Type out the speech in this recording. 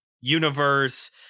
universe